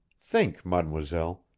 think, mademoiselle,